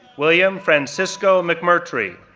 william francisco mcmurtry,